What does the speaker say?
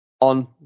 on